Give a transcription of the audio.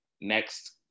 next